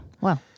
Wow